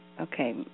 okay